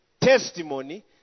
testimony